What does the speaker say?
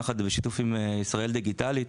בשיתוף עם ישראל דיגיטלית